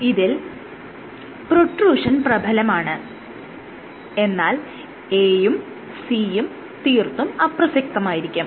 ഇതിൽ പ്രൊട്രൂഷൻ പ്രബലമാണ് എന്നാൽ A യും C യും തീർത്തും അപ്രസക്തമായിരിക്കും